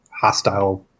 hostile